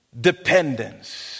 dependence